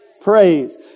praise